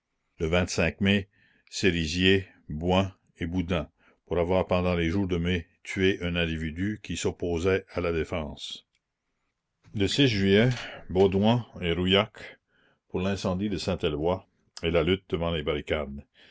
e mai serizier bouin et boudin pour avoir pendant les jours de mai tué un individu qui s'opposait à la défense e juillet baudouin et rouillac pour l'incendie de saint eloi et la lutte devant les barricades